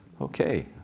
Okay